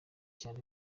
cyane